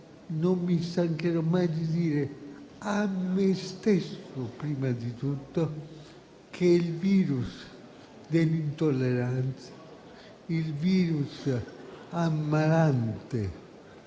non mi stancherò mai di dire, a me stesso prima di tutto, che il virus dell'intolleranza, il virus ammalante,